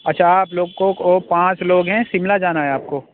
اچھا آپ لوگ کو اور پانچ لوگ ہیں شملہ جانا ہے آپ کو